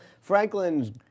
Franklin's